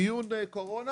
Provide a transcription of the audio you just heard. מיון קורונה